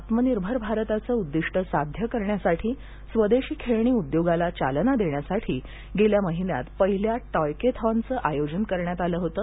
आत्मनिर्भर भारताचं उद्दीष्ट साध्य करण्यासाठी स्वदेशी खेळणी उद्योगाला चालना देण्यासाठी गेल्या महिन्यात पहिल्या टॉयकथॉनचं आयोजन केलं होतं